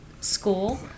school